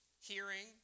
hearing